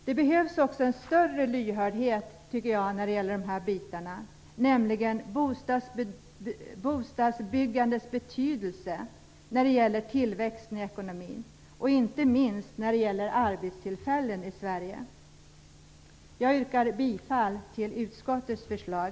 Det behövs också en större lyhördhet, tycker jag, när det gäller bostadsbyggandets betydelse för tillväxten i ekonomin och, inte minst, för att skapa arbetstillfällen i Sverige. Jag yrkar bifall till utskottets hemställan.